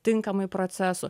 tinkamai procesų